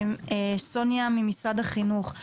סוניה ממשרד החינוך.